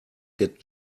get